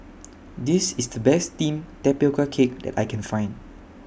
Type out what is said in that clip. This IS The Best Steamed Tapioca Cake that I Can Find